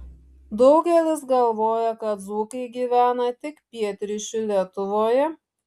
daugelis galvoja kad dzūkai gyvena tik pietryčių lietuvoje